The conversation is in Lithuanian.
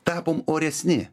tapom oresni